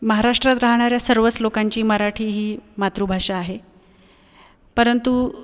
महाराष्ट्रात राहणाऱ्या सर्वच लोकांची मराठी ही मातृभाषा आहे परंतु